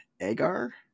Agar